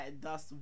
thus